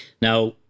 Now